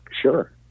Sure